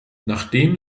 nachdem